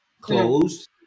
Closed